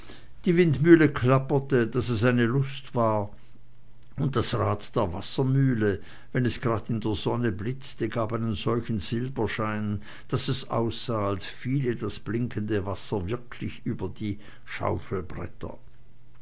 die windmühle klapperte daß es eine lust war und das rad der wassermühle wenn es grad in der sonne blitzte gab einen solchen silberschein daß es aussah als fiele das blinkende wasser wirklich über die